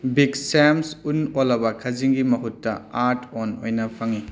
big ꯁꯦꯝꯁ ꯎꯟ ꯑꯣꯜꯂꯕ ꯈꯥꯖꯤꯡꯒꯤ ꯃꯍꯨꯠꯇ ꯑꯥꯔꯠ ꯑꯣꯟ ꯑꯣꯏꯅ ꯐꯪꯏ